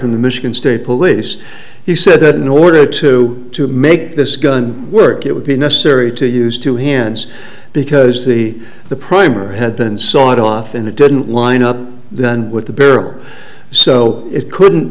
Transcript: from the michigan state police he said that in order to make this gun work it would be necessary to use two hands because the the primer had been sawed off and it didn't line up the gun with the barrel so it couldn't